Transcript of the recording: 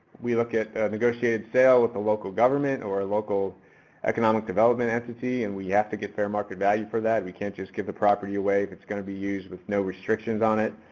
we look at negotiated sale with the local government or a local economic development entity and we have to get fair market value for that. we can't just give the property away if it's going to be used with no restrictions on it.